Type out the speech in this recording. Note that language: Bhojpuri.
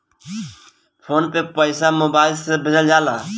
फ़ोन पे से पईसा मोबाइल से भेजल जाला